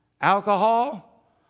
Alcohol